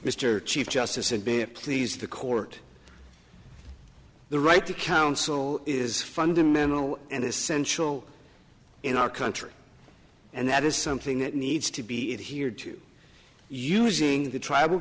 mr chief justice and be it please the court the right to counsel is fundamental and essential in our country and that is something that needs to be it here to using the tribal